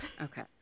okay